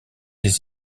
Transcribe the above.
des